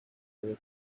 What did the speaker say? dore